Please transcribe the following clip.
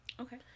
Okay